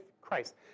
Christ